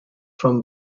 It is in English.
from